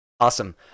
Awesome